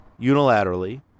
unilaterally